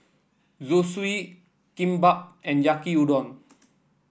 Zosui Kimbap and Yaki Udon